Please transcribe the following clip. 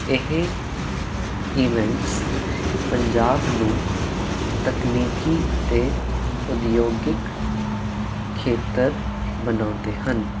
ਇਹ ਈਵੈਂਟਸ ਪੰਜਾਬ ਨੂੰ ਤਕਨੀਕੀ ਅਤੇ ਉਦਯੋਗਿਕ ਖੇਤਰ ਬਣਾਉਂਦੇ ਹਨ